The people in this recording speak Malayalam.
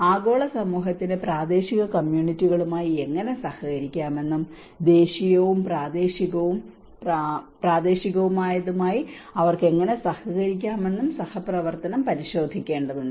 ആഗോള സമൂഹത്തിന് പ്രാദേശിക കമ്മ്യൂണിറ്റികളുമായി എങ്ങനെ സഹകരിക്കാമെന്നും ദേശീയവും പ്രാദേശികവും പ്രാദേശികവുമായവയുമായി അവർക്ക് എങ്ങനെ സഹകരിക്കാമെന്നും സഹപ്രവർത്തനം പരിശോധിക്കേണ്ടതുണ്ട്